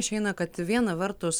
išeina kad viena vertus